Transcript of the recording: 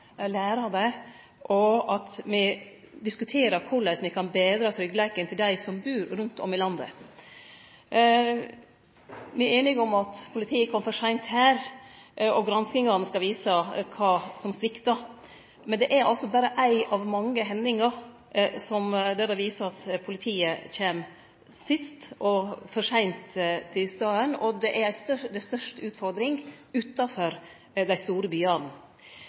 og at me diskuterer korleis me kan betre tryggleiken for dei som bur rundt om i landet. Me er einige om at politiet kom for seint her. Granskingane skal vise kva som svikta. Men dette er altså berre ei av mange hendingar som viser at politiet kjem sist, og for seint til staden. Den største utfordringa ligg utanfor dei store byane. Det